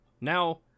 now